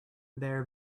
their